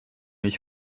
ich